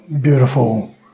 beautiful